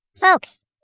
Folks